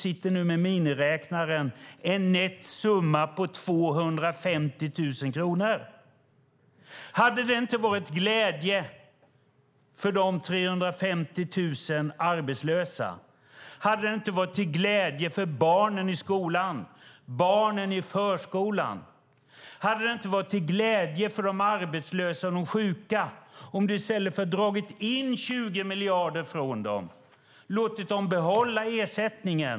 Jag tror att du kommer fram till en nätt summa på 250 000 jobb. Hade det inte varit till glädje för de 350 000 arbetslösa? Hade det inte varit till glädje för barnen i förskolan och skolan? Hade det inte varit till glädje för de arbetslösa och de sjuka om du i stället för att dra in 20 miljarder från dem låtit dem behålla ersättningen?